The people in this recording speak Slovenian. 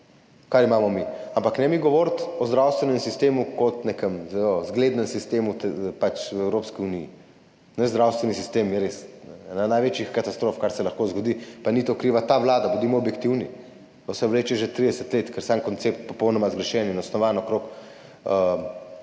kar imamo mi, ampak ne mi govoriti o zdravstvenem sistemu kot o nekem zelo zglednem sistemu v Evropski uniji. Naš zdravstveni sistem je res ena največjih katastrof, kar se lahko zgodi. Pa ni to kriva ta vlada, bodimo objektivni, to se vleče že 30 let, ker je sam koncept popolnoma zgrešen in osnovan okrog